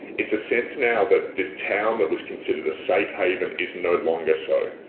it's a sense now that this town that was considered a safe haven is no longer so,